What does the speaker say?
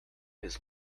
his